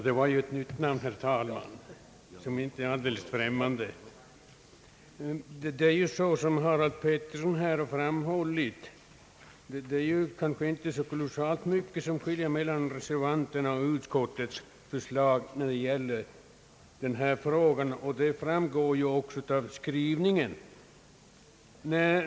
Herr talman! Som herr Harald Pettersson framhållit är det inte så mycket som skiljer mellan reservanterna och utskottets förslag, vilket också framgår av skrivningen.